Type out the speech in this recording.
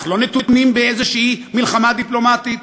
אנחנו לא נתונים באיזושהי מלחמה דיפלומטית,